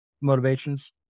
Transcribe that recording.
motivations